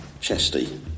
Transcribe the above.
Chesty